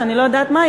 שאני לא יודעת מהי,